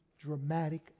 dramatic